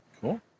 Cool